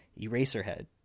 Eraserhead